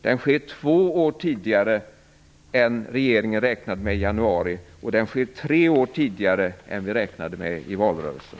Den sker två år tidigare än regeringen räknade med i januari och tre år tidigare än vi räknade med i valrörelsen.